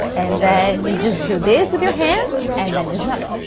and then you just do this with your hands and then you smell it.